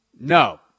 No